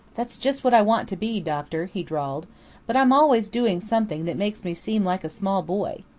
that's just what i want to be, doctor, he drawled but i'm always doing something that makes me seem like a small boy.